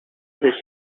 who